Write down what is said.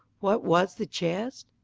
what was the chest?